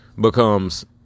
becomes